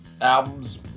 albums